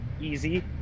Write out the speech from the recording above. easy